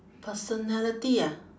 personality ah